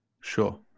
sure